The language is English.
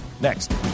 next